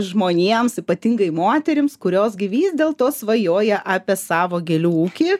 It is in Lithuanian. žmonėms ypatingai moterims kurios gi vis dėlto svajoja apie savo gėlių ūkį